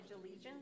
allegiance